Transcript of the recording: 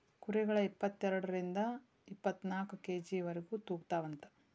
ಕುರಿಗಳ ಇಪ್ಪತೆರಡರಿಂದ ಇಪ್ಪತ್ತನಾಕ ಕೆ.ಜಿ ವರೆಗು ತೂಗತಾವಂತ